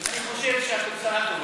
זה הבן שלו.